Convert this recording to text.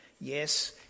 Yes